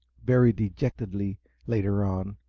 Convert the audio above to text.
very dejectedly later on,